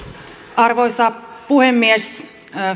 arvoisa puhemies